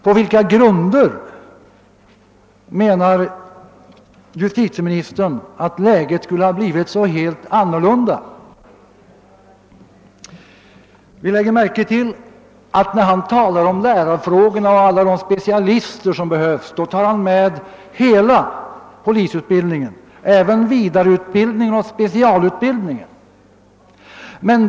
På vilka grunder anser justitieministern att läget nu har blivit så helt annorlunda? Vi lägger märke till att när justitieministern talar om lärarfrågorna och om alla de specialister som behövs tar han med hela polisutbildningen, även vidareutbildningen och specialutbildningen.